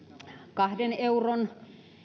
kahden euron